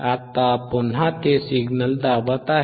आता पुन्हा ते सिग्नल दाबत आहे